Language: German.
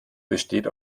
besteht